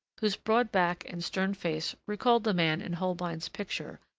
whose broad back and stern face recalled the man in holbein's picture,